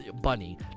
Bunny